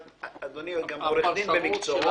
אדוני גם עורך דין במקצועו,